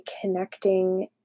connecting